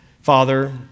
Father